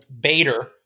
Bader